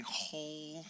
whole